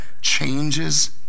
changes